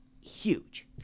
huge